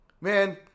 man